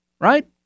right